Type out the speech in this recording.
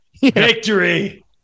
Victory